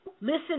Listen